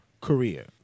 career